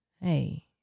Hey